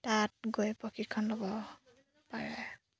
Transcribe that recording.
তাত গৈ প্ৰশিক্ষণ ল'ব পাৰে